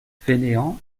fainéant